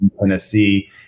Tennessee